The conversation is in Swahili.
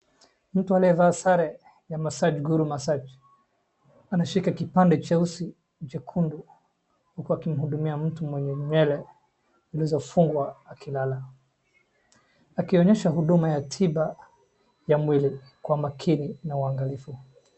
Mtu aliyevaa sare ya Maasai guru massage anashika kipande cheusi chekundu huku akimhudumia mtu mwenye nywele zilizofungwa akilala akionyesha huduma ya tiba ya mwili kwa making na uangalifu.